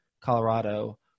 Colorado